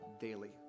daily